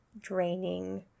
draining